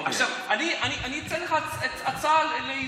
אני אתן לך הצעה לייעול,